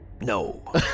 No